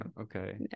Okay